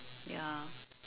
ya